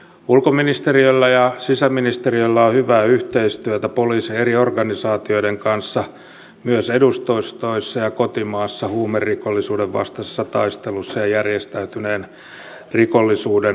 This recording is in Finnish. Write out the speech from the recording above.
ulkoministeriöllä ja sisäministeriöllä on hyvää yhteistyötä poliisin eri organisaatioiden kanssa myös edustustoissa ja kotimaassa huumerikollisuuden vastaisessa taistelussa ja järjestäytyneen rikollisuuden torjunnassa